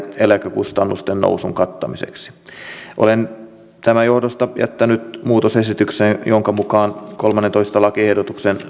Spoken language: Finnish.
eläkekustannusten nousun kattamiseksi olen tämän johdosta jättänyt muutosesityksen jonka mukaan kolmannentoista lakiehdotuksen